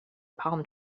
palm